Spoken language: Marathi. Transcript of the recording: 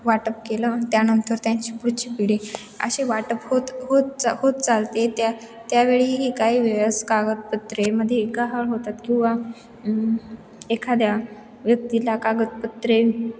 वाटप केलंन त्यानंतर त्यांची पुढची पिढी असे वाटप होत होत चा होत चालते त्या त्यावेळीही काही वेळेस कागदपत्रेमध्ये गहाळ होतात किंवा एखाद्या व्यक्तीला कागदपत्रे